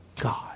God